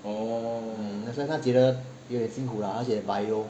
mm that's why 他觉得有点辛苦 lah 而且 bio